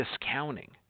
discounting